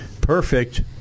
perfect